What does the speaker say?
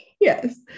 Yes